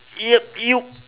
yup you